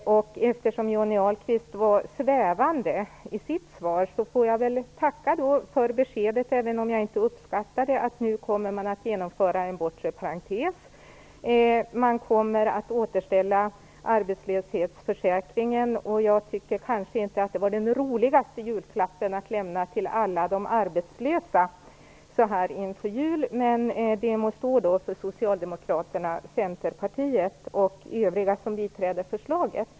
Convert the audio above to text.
Eftersom Johnny Ahlqvist var svävande i sitt svar får jag väl nu ändå tacka för beskedet - även om jag inte uppskattar det - att man nu kommer att genomföra en bortre parentes. Man kommer att återställa arbetslöshetsförsäkringen, och jag tycker kanske inte att det var den roligaste julklappen att ge alla de arbetslösa så här inför julen, men det må väl då stå för Socialdemokraterna, Centerpartiet och övriga som biträder förslaget.